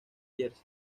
jersey